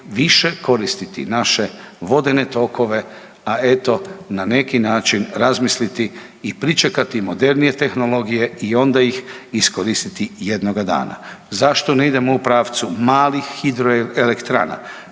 više koristiti naše vodene tokove, a eto, na neki način razmisliti i pričekati modernije tehnologije i onda ih iskoristiti jednoga dana. Zašto ne idemo u pravcu malih hidroelektrana,